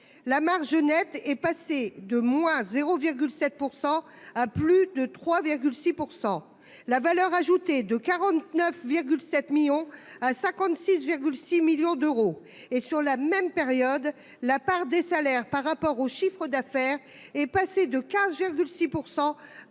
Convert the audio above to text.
La marge nette est passé de moins 0,7% à plus de 3,6% la valeur ajoutée de 49. 7 millions à 56,6 millions d'euros et sur la même période, la part des salaires par rapport au chiffre d'affaires est passé de 15 jours